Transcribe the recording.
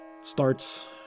starts